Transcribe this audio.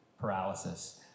paralysis